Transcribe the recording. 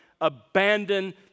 abandon